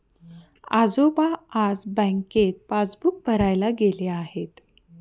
आजोबा आज बँकेत पासबुक भरायला गेले आहेत